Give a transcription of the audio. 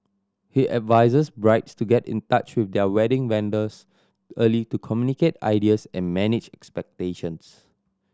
he advises brides to get in touch with their wedding vendors early to communicate ideas and manage expectations